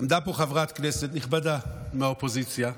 עמדה פה חברת כנסת נכבדה מהאופוזיציה ודיברה,